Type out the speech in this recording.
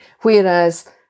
Whereas